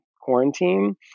quarantine